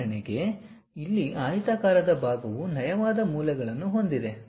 ಉದಾಹರಣೆಗೆ ಇಲ್ಲಿ ಆಯತಾಕಾರದ ಭಾಗವು ನಯವಾದ ಮೂಲೆಗಳನ್ನು ಹೊಂದಿದೆ